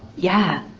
yeah.